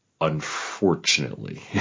unfortunately